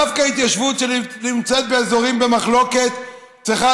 דווקא התיישבות שנמצאת באזורים במחלוקת צריכה